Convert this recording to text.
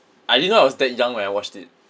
I didn't know I was that young when I watched it